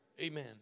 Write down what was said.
Amen